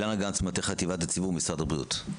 אילנה גנס ממטה חטיבת הציבור במשרד הבריאות.